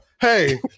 hey